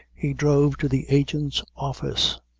he drove to the agent's office.